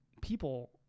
people